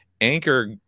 Anchor